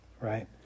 right